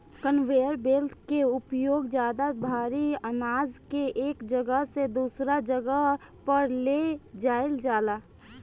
conveyor belt के उपयोग ज्यादा भारी आनाज के एक जगह से दूसरा जगह पर ले जाईल जाला